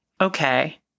okay